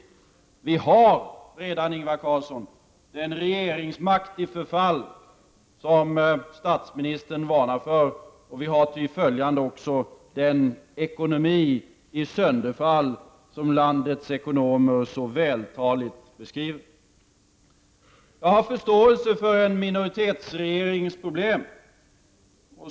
Ingvar Carlsson, vi har redan nu den regeringsmakt i förfall som statsministern varnar för och vi har ity den ekonomi i sönderfall som landets ekonomer så vältaligt beskriver. Jag har förståelse för en minoritetsregerings problem.